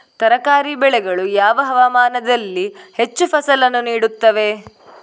ತರಕಾರಿ ಬೆಳೆಗಳು ಯಾವ ಹವಾಮಾನದಲ್ಲಿ ಹೆಚ್ಚು ಫಸಲನ್ನು ನೀಡುತ್ತವೆ?